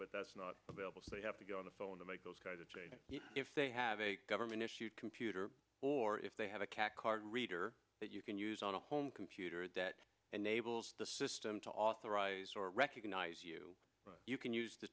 but that's not available so you have to go on the phone to make those if they have a government issued computer or if they have a cat card reader that you can use on a home computer that enables the system to authorize or recognize you you can use the